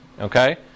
Okay